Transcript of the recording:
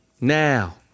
Now